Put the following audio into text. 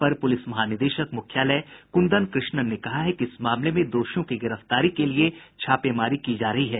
अपर police महानिदेशक मुख्यालय कुंदन कृष्णन ने कहा है कि इस मामले में दोषियों की गिरफ्तारी के लिये छापेमारी की जा रही है